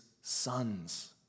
son's